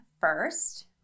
first